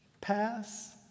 pass